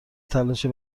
تلاشی